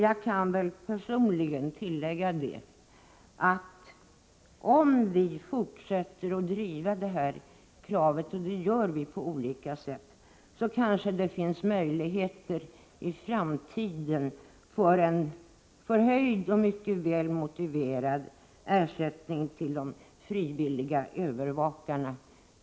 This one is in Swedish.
Jag kan väl personligen tillägga att om vi fortsätter att driva detta krav, och det gör vi på olika sätt, kanske det finns möjligheter i framtiden för en förhöjd och mycket väl motiverad ersättning till de frivilliga övervakarna.